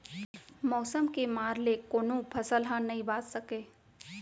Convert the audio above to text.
मउसम के मार ले कोनो फसल ह नइ बाच सकय